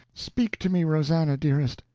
speak to me, rosannah, dearest!